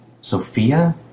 Sophia